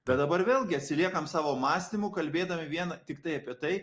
bet dabar vėlgi atsiliekam savo mąstymu kalbėdami vien tiktai apie tai